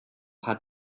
had